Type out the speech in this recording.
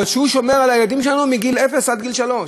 אבל הוא שומר על הילדים שלנו מגיל אפס עד גיל שלוש,